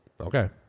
Okay